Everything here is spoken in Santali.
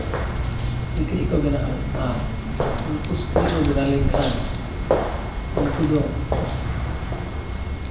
ᱥᱤᱠᱲᱤᱡ ᱠᱚ ᱵᱮᱱᱟᱜᱼᱟ ᱟᱨ ᱩᱱᱠᱩ ᱥᱤᱠᱲᱤᱡ ᱠᱚ ᱵᱮᱱᱟᱣ ᱞᱮᱱᱠᱷᱟᱱ ᱩᱱᱠᱩ ᱫᱚ